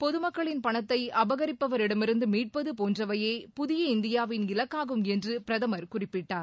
பொதுமக்களின் பணத்தை அபகரிப்பவரிடமிருந்து மீட்பது போன்றவையே புதிய இந்தியாவின் இலக்காகும் என்று பிரதமர் குறிப்பிட்டார்